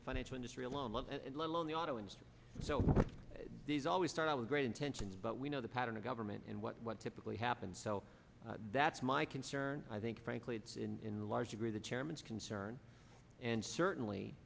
the financial industry alone love and let alone the auto industry so these always start out with great intentions but we know the pattern of government and what typically happens so that's my concern i think frankly it's in a large degree the chairman's concern and certainly